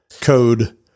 code